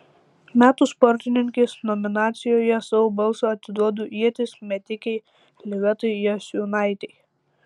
metų sportininkės nominacijoje savo balsą atiduodu ieties metikei livetai jasiūnaitei